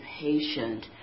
patient